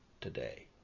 today